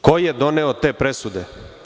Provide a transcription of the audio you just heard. Ko je doneo te presude?